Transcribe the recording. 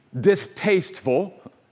distasteful